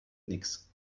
nichts